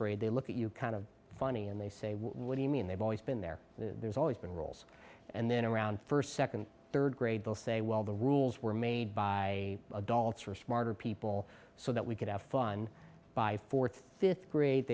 grade they look at you kind of funny and they say what do you mean they've always been there there's always been rules and then around first second third grade they'll say well the rules were made by adults for smarter people so that we could have fun by fourth fifth grade